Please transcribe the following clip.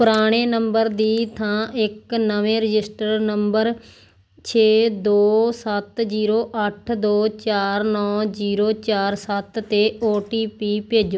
ਪੁਰਾਣੇ ਨੰਬਰ ਦੀ ਥਾਂ ਇੱਕ ਨਵੇਂ ਰਜਿਸਟਰ ਨੰਬਰ ਛੇ ਦੋ ਸੱਤ ਜੀਰੋ ਅੱਠ ਦੋ ਚਾਰ ਨੌਂ ਜੀਰੋ ਚਾਰ ਸੱਤ 'ਤੇ ਓ ਟੀ ਪੀ ਭੇਜੋ